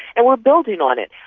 and we're building on it.